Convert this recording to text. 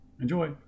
Enjoy